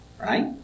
right